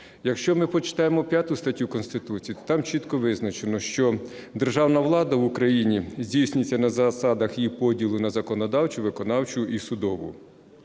Якщо ми почитаємо 5 статтю Конституції, то там чітко визначено, що державна влада в України здійснюється на засадах її поділу на законодавчу, виконавчу і судову.